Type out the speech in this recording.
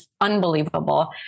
unbelievable